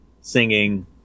Singing